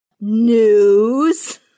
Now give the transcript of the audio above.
news